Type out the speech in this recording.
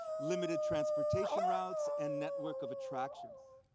limited transportation routes, and network of attractions.